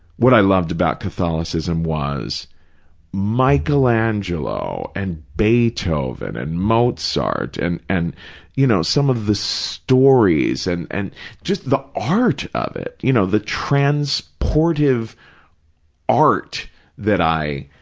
what i loved about catholicism was michelangelo and beethoven and mozart and, you know, some of the stories and and just the art of it, you know, the transportive art that i